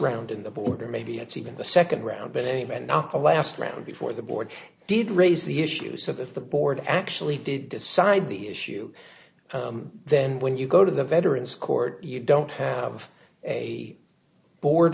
round in the border maybe it's even the second round but a menaka last round before the board did raise the issue so that the board actually did decide the issue then when you go to the veterans court you don't have a board